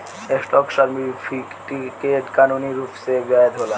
stock certificate कानूनी रूप से वैध होला